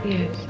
Yes